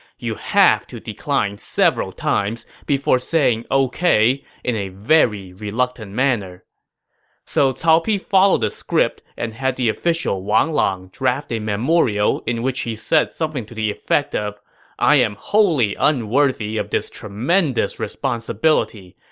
you have to decline several times before saying ok in a very reluctant manner so cao pi followed the script and had the official wang lang draft a memorial in which he said something to the effect of i'm wholly unworthy of this tremendous responsibility.